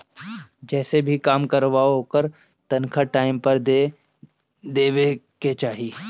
जेसे भी काम करवावअ ओकर तनखा टाइम पअ दे देवे के चाही